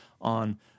on